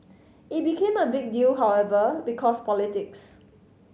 it became a big deal however because politics